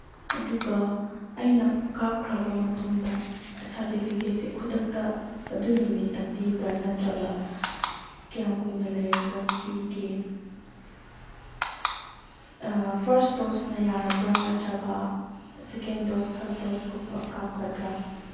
ꯑꯗꯨꯒ ꯑꯩꯅ ꯀꯥꯞꯈ꯭ꯔꯕ ꯃꯇꯨꯡꯗ ꯁꯥꯔꯇꯤꯐꯤꯀꯦꯠꯁꯦ ꯈꯨꯗꯛꯇ ꯑꯗꯨ ꯅꯨꯃꯤꯠꯇ ꯄꯤꯕ꯭ꯔ ꯅꯠꯇ꯭ꯔꯒ ꯀ꯭ꯌꯥꯝ ꯀꯨꯏꯅ ꯂꯩꯔꯒ ꯄꯤꯒꯦ ꯐꯔꯁ ꯗꯣꯁꯅ ꯌꯥꯔꯕ꯭ꯔ ꯅꯠꯇ꯭ꯔꯒ ꯁꯦꯀꯦꯟ ꯗꯣꯁ ꯊꯔꯠ ꯗꯣꯁꯀꯨꯝꯕ ꯀꯥꯞꯀꯗ꯭ꯔ